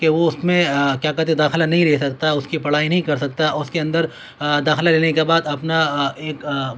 کہ وہ اس میں کیا کہتے داخلہ نہیں لے سکتا اس کی پڑھائی نہیں کر سکتا اس کے اندر داخلہ لینے کے بعد اپنا ایک